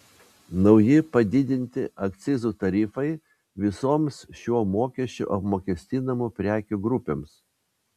nauji padidinti akcizų tarifai visoms šiuo mokesčiu apmokestinamų prekių grupėms